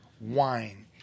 wine